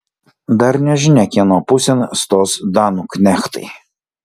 dar nežinia kieno pusėn stos danų knechtai